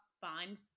fine